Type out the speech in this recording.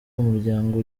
umuryango